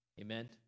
amen